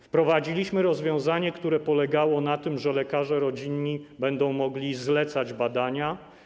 Wprowadziliśmy rozwiązanie, które polegało na tym, że lekarze rodzinni będą mogli zlecać badania.